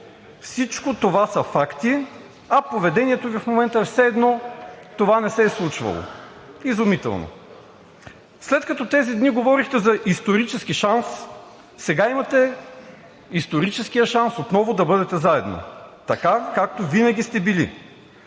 Всичко това са факти, а поведението Ви в момента е все едно това не се е случвало. Изумително! След като тези дни говорихте за исторически шанс, сега имате историческия шанс отново да бъдете заедно, така както винаги сте били.